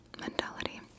mentality